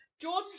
jordan